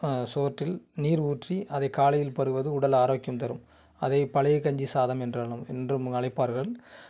சோற்றில் நீர் ஊற்றி அதை காலையில் பருகுவது உடல் ஆரோக்கியம் தரும் அதை பழைய கஞ்சி சாதம் என்றாலும் என்றும் அழைப்பார்கள்